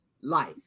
life